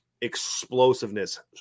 explosiveness